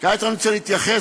כעת אני רוצה להתייחס,